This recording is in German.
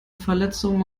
verletzung